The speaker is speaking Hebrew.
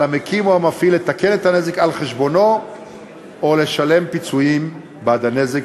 על המקים או המפעיל לתקן את הנזק על חשבונו או לשלם פיצויים בעד הנזק,